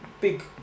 big